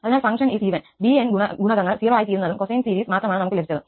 അതിനാൽ ഫങ്ക്ഷന് is even 𝑏𝑛 ഗുണകങ്ങൾ 0 ആയിത്തീരുന്നതും കൊസൈൻ സീരീസ് മാത്രമാണ് നമുക്ക് ലഭിച്ചതും